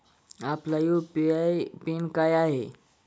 आपला UPI PIN काय आहे?